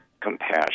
compassion